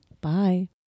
Bye